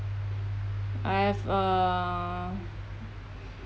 I have uh